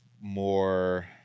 more